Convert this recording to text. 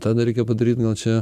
tą dar reikia padaryt gal čia